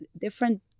different